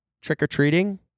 trick-or-treating